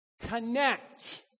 Connect